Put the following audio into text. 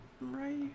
Right